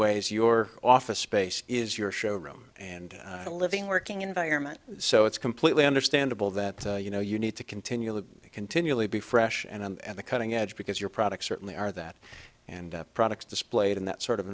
ways your office space is your showroom and a living working environment so it's completely understandable that you know you need to continually continually be fresh and and the cutting edge because your products certainly are that and products displayed in that sort of